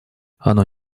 оно